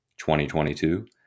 2022